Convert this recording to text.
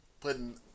putting